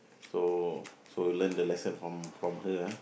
so so learn the lesson from from her !huh!